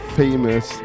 famous